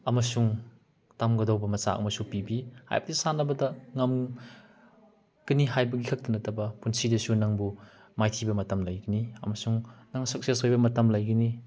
ꯑꯃꯁꯨꯡ ꯇꯝꯒꯗꯧꯕ ꯃꯆꯥꯛ ꯑꯃꯁꯨ ꯄꯤꯕꯤ ꯍꯥꯏꯕꯗꯤ ꯁꯥꯟꯅꯕꯗ ꯉꯝꯒꯅꯤ ꯍꯥꯏꯕꯒꯤ ꯈꯛꯇ ꯅꯠꯇꯕ ꯄꯨꯟꯁꯤꯗꯁꯨ ꯅꯪꯕꯨ ꯃꯥꯏꯊꯤꯕ ꯃꯇꯝ ꯂꯩꯒꯅꯤ ꯑꯃꯁꯨꯡ ꯅꯪ ꯁꯛꯁꯦꯁ ꯑꯣꯏꯕ ꯃꯇꯝ ꯂꯩꯒꯅꯤ